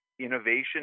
innovation